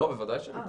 לא, בוודאי שניתן.